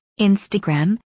Instagram